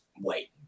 wait